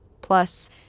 plus